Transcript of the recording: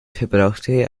verbrachte